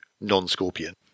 non-Scorpion